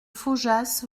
faujas